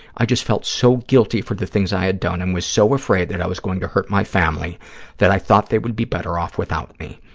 i just felt so guilty for the things i had done and was so afraid that i was going to hurt my family that i thought they would be better off without me.